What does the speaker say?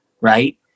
Right